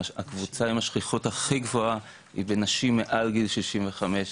הקבוצה עם השכיחות הכי גבוהה היא בנשים מעל גיל 65,